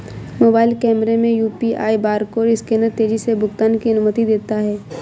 mobile कैमरे में UPI barcode scanner तेजी से भुगतान की अनुमति देता है